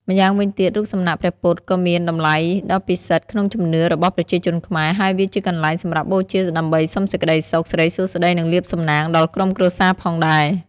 ម្យ៉ាងវិញទៀត រូបសំណាកព្រះពុទ្ធក៏មានតម្លៃដ៏ពិសិដ្ឋក្នុងជំនឿរបស់ប្រជាជនខ្មែរ ហើយវាជាកន្លែងសម្រាប់បូជាដើម្បីសុំសេចក្តីសុខ សិរីសួស្តី និងលាភសំណាងដល់ក្រុមគ្រួសារផងដែរ។